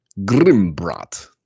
Grimbrat